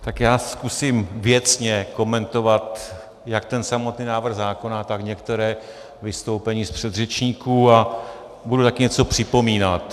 Tak já zkusím věcně komentovat jak samotný návrh zákona, tak některá vystoupení předřečníků a budu také něco připomínat.